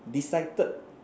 decided